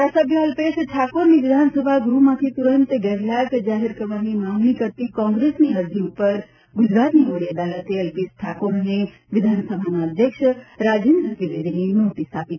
ધારાસભ્ય અલ્પેશ ઠાકોરને વિધાનસભા ગૃહમાંથી ત્વરંત ગેરલાયક જાહેર કરવાની માગણી કરતી કોંગ્રેસની અરજી ઉપર ગુજરાતની વડી અદાલતે અલ્પેશ ઠાકોર અને વિધાનસભાના અધ્યક્ષ રાજેન્દ્ર ત્રિવેદીને નોટિસ આપી છે